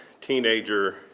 teenager